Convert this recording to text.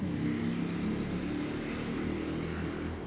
mm